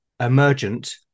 emergent